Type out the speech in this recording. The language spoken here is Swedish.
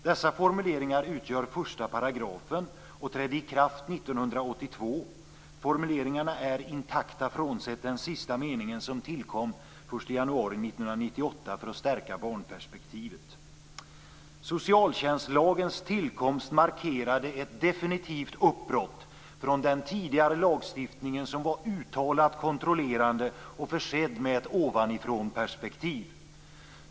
Dessa formuleringar utgör första paragrafen och trädde i kraft 1982. Formuleringarna är intakta frånsett den sista meningen, som tillkom den 1 januari 1998 för att stärka barnperspektivet. Socialtjänstlagens tillkomst markerade ett definitivt uppbrott från den tidigare lagstiftningen som var uttalat kontrollerande och försedd med ett ovanifrånperspektiv.